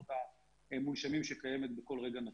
מכונות מונשמים שקיימת בכול רגע נתון.